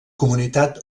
comunitat